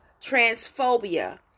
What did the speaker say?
transphobia